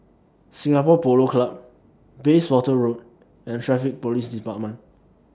Singapore Polo Club Bayswater Road and Traffic Police department